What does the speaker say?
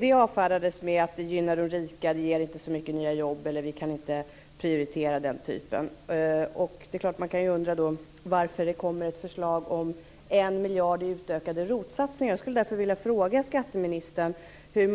Det avfärdades med att det gynnar de rika, att det inte ger så mycket nya jobb eller att vi inte kan prioritera den typen av jobb. Då kan man undra varför det kommer ett förslag om 1 miljard i utökade ROT-satsningar. Jag skulle vilja fråga skatteministern hur